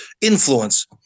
influence